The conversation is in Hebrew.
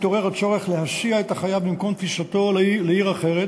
מתעורר הצורך להסיע את החייב ממקום תפיסתו לעיר אחרת